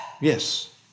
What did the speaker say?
Yes